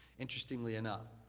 interestingly enough,